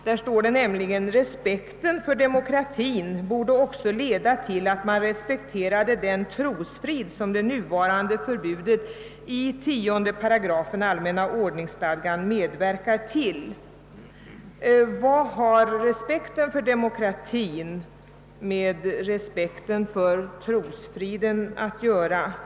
Meningen lyder: »Respekten för demokratin borde också 1eda till att man respekterade den trosfrid som det nuvarande förbudet i 10 8 allmänna ordningsstadgan medverkar till.» Vad har respekten för demokratin med respekten för trosfriden att göra?